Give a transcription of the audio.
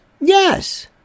Yes